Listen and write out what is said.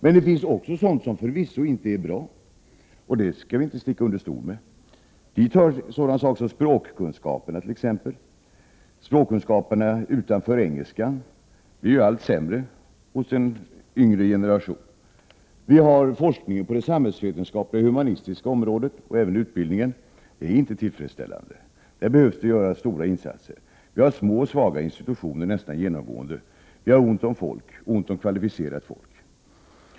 Men det finns också sådant som förvisso inte är bra, vilket vi inte skall sticka under stol med. Dit hör t.ex. språkkunskaperna i andra språk än engelska. Språkkunskaperna blir allt sämre hos den yngre generationen. Och forskningen och utbildningen på det samhällsvetenskapliga och humanistiska området är inte tillfredsställande. Där behövs stora insatser. Institutionerna är nästan genomgående små och svaga, och det är ont om kvalificerat folk.